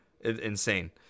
Insane